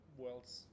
world's